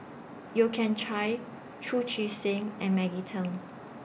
Yeo Kian Chye Chu Chee Seng and Maggie Teng